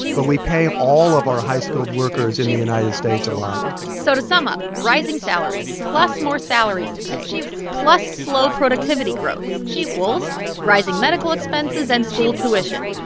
but we pay all of our high-skilled workers in the united states a lot so to sum up rising salaries plus more salaries to pay plus slow productivity growth equals rising medical expenses and school tuition.